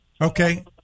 Okay